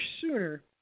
sooner